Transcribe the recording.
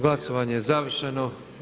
Glasovanje je završeno.